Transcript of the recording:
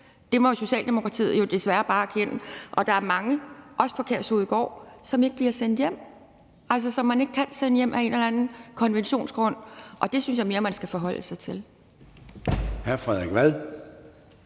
Det må Socialdemokratiet desværre bare erkende, og der er mange, også på Kærshovedgård, som ikke bliver sendt hjem, som man ikke kan sende hjem på grund af en eller anden konvention, og det synes jeg mere man skal forholde sig til.